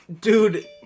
Dude